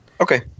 Okay